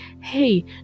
hey